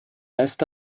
est